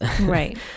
right